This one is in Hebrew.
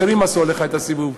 אחרים עשו עליך את הסיבוב.